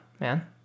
man